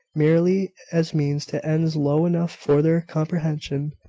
merely as means to ends low enough for their comprehension.